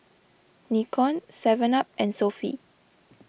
Nikon Seven Up and Sofy